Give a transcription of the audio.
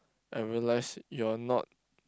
and realise you are not